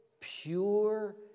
pure